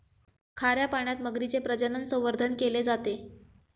खाऱ्या पाण्यात मगरीचे प्रजनन, संवर्धन केले जाते